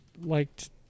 liked